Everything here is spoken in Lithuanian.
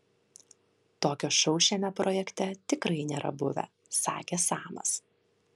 tokio šou šiame projekte tikrai nėra buvę sakė samas